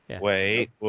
Wait